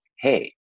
Hey